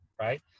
right